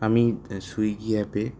আমি সুইগি অ্যাপে